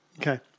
Okay